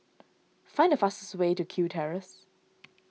find the fast way to Kew Terrace